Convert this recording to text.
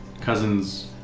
cousin's